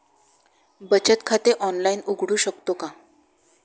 बचत खाते ऑनलाइन उघडू शकतो का?